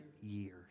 years